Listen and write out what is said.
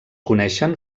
coneixen